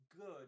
good